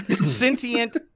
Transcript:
sentient